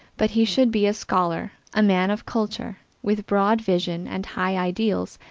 but he should be a scholar, a man of culture, with broad vision and high ideals,